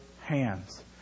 hands